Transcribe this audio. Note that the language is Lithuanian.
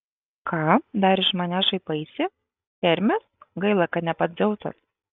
ką dar iš manęs šaipaisi hermis gaila kad ne pats dzeusas